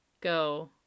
Go